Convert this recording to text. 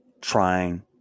trying